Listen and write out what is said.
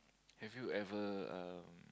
have you ever um